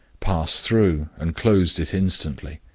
passed through, and closed it instantly.